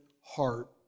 heart